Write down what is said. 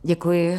Děkuji.